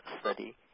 study